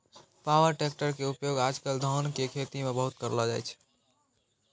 power tractor के उपयोग आज कल धान के खेती मॅ बहुत करलो जाय छै